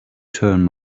turn